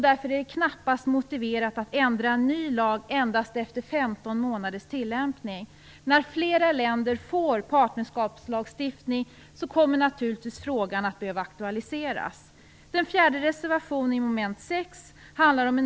Därför är det knappast motiverat att ändra en ny lag efter endast 15 månaders tillämpning. När fler länder får partnerskapslagstiftning kommer naturligtvis frågan att behöva aktualiseras.